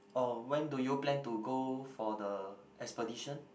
oh when do you plan to go for the expedition